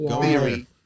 theory